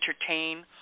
entertain